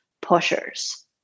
pushers